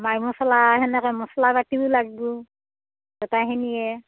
মা মছলা সেনেকৈ মছলা পাতিও লাগিব গোটেইখিনিয়ে